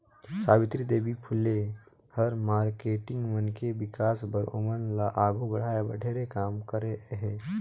सावित्री देवी फूले ह मारकेटिंग मन के विकास बर, ओमन ल आघू बढ़ाये बर ढेरे काम करे हे